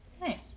Nice